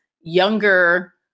younger